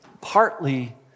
partly